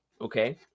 Okay